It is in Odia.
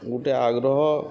ଗୁଟେ ଆଗ୍ରହ